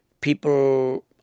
people